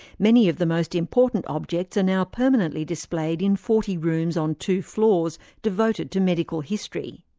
many of the most important objects are now permanently displayed in forty rooms on two floors, devoted to medical history.